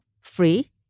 free